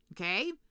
okay